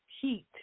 heat